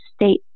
state